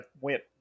went